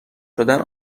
شدن